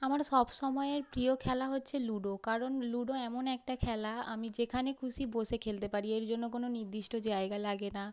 আমার সব সময়ের প্রিয় খেলা হচ্ছে লুডো কারণ লুডো এমন একটা খেলা আমি যেখানে খুশি বসে খেলতে পারি এর জন্য কোনো নির্দিষ্ট জায়গা লাগে না